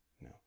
No